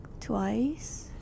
twice